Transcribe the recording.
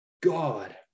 God